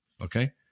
Okay